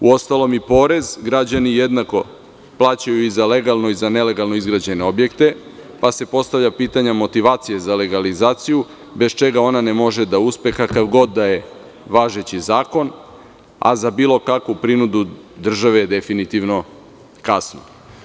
Uostalom, i porez građani jednako plaćaju i za legalno i za nelegalno izgrađene objekte, pa se postavlja pitanje motivacije za legalizaciju, bez čega ona ne može uspe kakav god da je važeći zakon, a za bilo kakvu prinudu države je definitivno kasno.